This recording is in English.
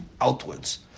outwards